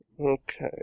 Okay